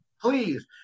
please